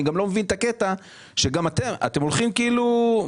אני לא מבין למה גם אתם הולכים בקושי